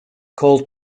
called